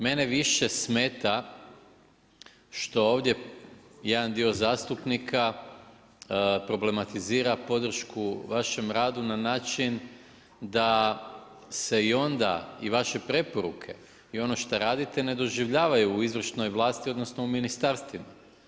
Mene više smeta što ovdje jedan dio zastupnika problematizira podršku vašem radu na način se i onda i vaše preporuke i ono šta radite ne doživljavaju u izvršnoj vlasti, odnosno u ministarstvima.